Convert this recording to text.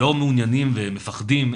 לא מעוניינים ומפחדים.